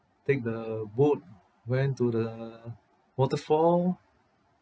take the boat went to the waterfall